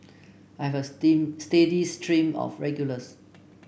I have a steam steady stream of regulars